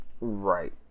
Right